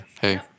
Hey